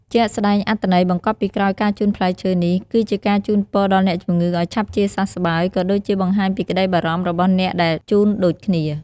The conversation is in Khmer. ជាក់ស្ដែងអត្ថន័យបង្កប់ពីក្រោយការជូនផ្លែឈើនេះ គឺជាការជូនពរដល់អ្នកជំងឺឱ្យឆាប់ជាសះស្បើយ ក៏ដូចជាបង្ហាញពីក្ដីបារម្ភរបស់អ្នកដែលជូនដូចគ្នា។